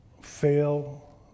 Fail